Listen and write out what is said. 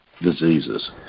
diseases